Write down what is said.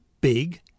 big